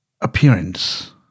appearance